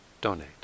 donate